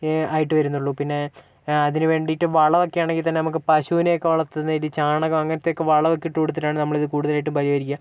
ആയിട്ട് വരുന്നോളു പിന്നെ ആ അതിനുവേണ്ടിയിട്ട് വളമൊക്കെയാണെങ്കി തന്നെ നമുക്ക് പശുനെയൊക്കെ വളർത്തുന്ന ഇതിൽ ചാണകവും അങ്ങനൊക്കെ വളമൊക്കെ ഇട്ടുകൊടുത്തിട്ടാണ് നമ്മളിത് കൂടുതലായിട്ടും പരിഹരിക്കുക